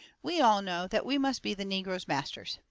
we all know that we must be the negros' masters.